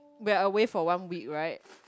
we are away for one week right